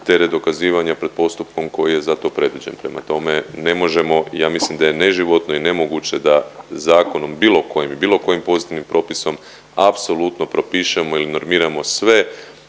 teret dokazivanja je pred postupkom koji je za to predviđen. Prema tome, ne možemo ja mislim da je neživotno i nemoguće da zakonom bilo kojim i bilo kojim pozitivnim propisom apsolutno propišemo ili normiramo sve